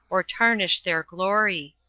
or tarnish their glory.